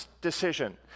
decision